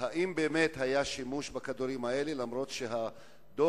האם באמת היה שימוש בכדורים האלה למרות המסקנות בעניין